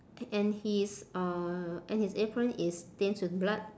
and his uh and his apron is stains with blood